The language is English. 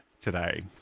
today